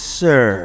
sir